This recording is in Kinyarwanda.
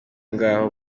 ngaho